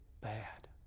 bad